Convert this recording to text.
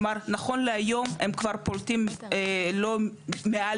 כלומר נכון להיום הם כבר פולטים לא מעל